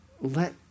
Let